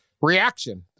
reaction